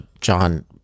John